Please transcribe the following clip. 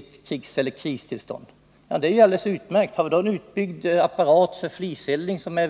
Då vore det — Nr 36 ju alldeles utmärkt att ha en